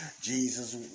Jesus